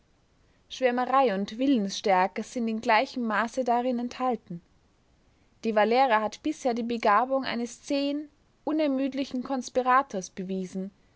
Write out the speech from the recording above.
schwärmerei und willensstärke sind in gleichem maße darin enthalten de valera hat bisher die begabung eines zähen unermüdlichen konspirators bewiesen